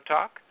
Talk